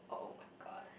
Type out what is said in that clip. [oh]-my-god